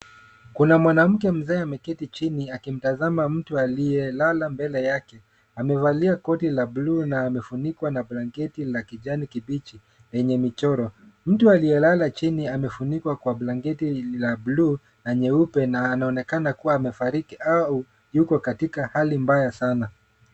Kuna mwanamke mzee aliyeketi chini akimtazama mtu aliyelala mbele yake. Amevalia koti a blue na amefunikwa na blanketi ya kijani kibichi enye michoro. Mtu aliyelala chini amafunikwa kwa blanketi ya blue na nyeupe, na anaonekana kua amefariki au yuko katika hali mbaya sana.